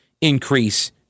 increase